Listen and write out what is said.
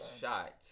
shot